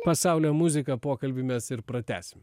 pasaulio muziką pokalbį mes ir pratęsim